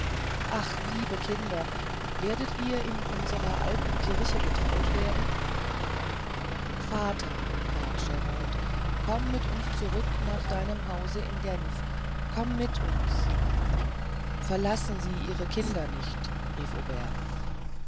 ach liebe kinder werdet ihr in unserer alten kirche getraut werden vater bat grande komm mit uns zurück nach deinem hause in genf komm mit uns verlassen sie ihre kinder nicht rief